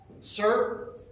sir